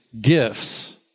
gifts